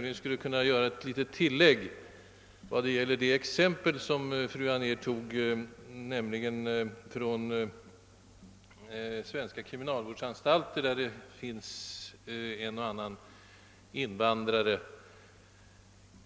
Jag skulle dock vilja göra en liten anteckning i kanten på det exempel som fru Anér anförde från svenska kriminalvårdsanstalter, där det kan finnas en och annan invandrare